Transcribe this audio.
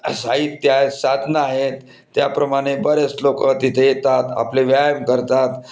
साहित्य आहे साधनं आहेत त्याप्रमाणे बरेच लोक तिथे येतात आपले व्यायाम करतात